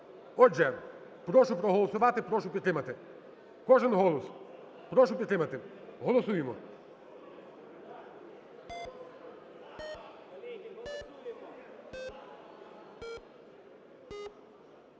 Отже, прошу проголосувати, прошу підтримати, кожен голос. Прошу підтримати, голосуємо.